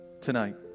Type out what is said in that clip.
tonight